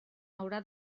haurà